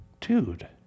Dude